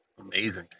amazing